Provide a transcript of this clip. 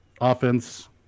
offense –